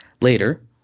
Later